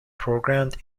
programmed